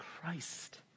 Christ